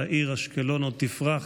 והעיר אשקלון עוד תפרח,